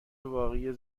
واقعی